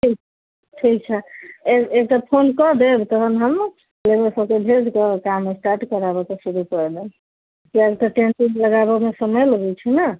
ठीक छै एकटा फोन कऽ देब तखन हम लेबरसबके भेजिकऽ काम स्टार्ट कराबैके शुरू करा देब कियाकि टेन्ट वेन्ट लगाबैमे समय लगै छै ने